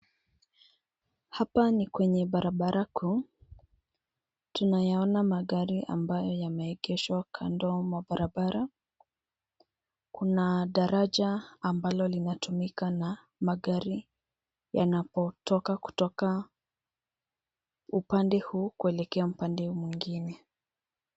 Hapa ni kwenye barabara kuu. Tunayaona magari ambayo yameegeshwa kando mwa barabara. Kuna daraja ambalo linatumika na magari yanapotoka kutoka upande huu kuelekea upande mwingine